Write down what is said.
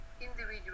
individual